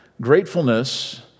Gratefulness